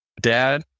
Dad